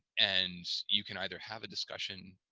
and you can either have a discussion